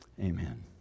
Amen